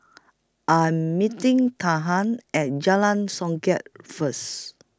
I'm meeting At Jalan Songket First